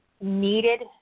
needed